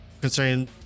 concerning